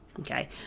okay